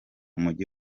mujyi